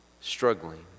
struggling